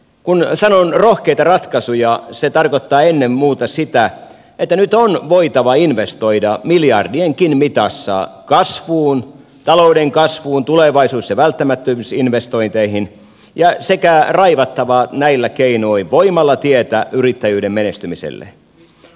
kun sanon rohkeita ratkaisuja se tarkoittaa ennen muuta sitä että nyt on voitava investoida miljardienkin mitassa kasvuun talouden kasvuun tulevaisuus ja välttämättömyysinvestointeihin sekä raivattava näillä keinoin voimalla tietä yrittäjyyden menestymiselle